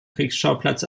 kriegsschauplatz